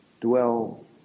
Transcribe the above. Dwell